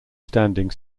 standing